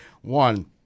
One